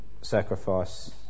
sacrifice